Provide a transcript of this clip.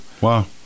Wow